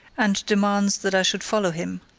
and demands that i should follow him.